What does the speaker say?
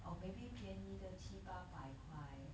or maybe 便宜得七八百块